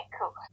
cool